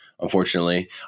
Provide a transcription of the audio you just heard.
unfortunately